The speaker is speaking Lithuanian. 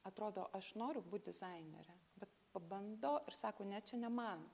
atrodo aš noriu būt dizainere bet pabando ir sako ne čia ne man